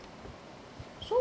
so